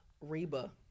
Reba